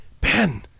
Ben